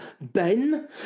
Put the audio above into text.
Ben